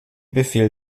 befehl